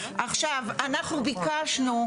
עכשיו אנחנו ביקשנו,